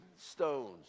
stones